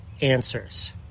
answers